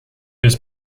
his